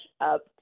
up